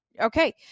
Okay